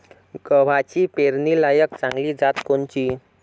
गव्हाची पेरनीलायक चांगली जात कोनची?